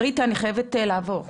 ריטה, אני חייבת לעבור.